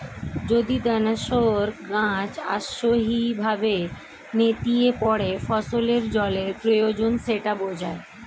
যদি দানাশস্যের গাছ অস্থায়ীভাবে নেতিয়ে পড়ে ফসলের জলের প্রয়োজন সেটা বোঝায়